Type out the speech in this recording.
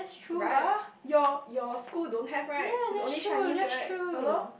right your your school don't have right it's only Chinese right ya lor